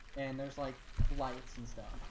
and there's like lights and stuff